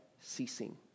ceasing